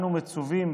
אנו מצווים: